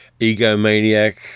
egomaniac